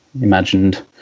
imagined